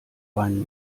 wein